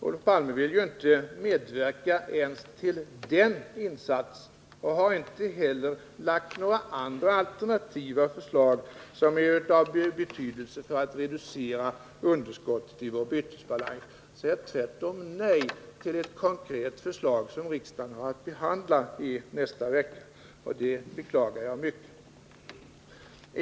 Olof Palme vill inte medverka ens till den insatsen och har inte heller framlagt några alternativa förslag som är av betydelse för att reducera underskottet i vår bytesbalans. Han säger tvärtom nej till ett konkret förslag, som riksdagen har att behandla i nästa vecka. Det beklagar jag mycket.